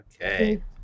Okay